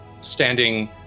standing